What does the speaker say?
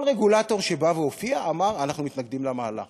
כל רגולטור שהופיע אמר: אנחנו מתנגדים למהלך.